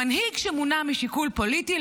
מנהיג שמונע משיקול פוליטי,